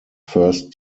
first